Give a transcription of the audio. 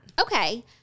Okay